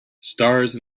stars